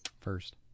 First